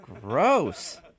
Gross